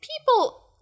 People